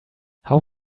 how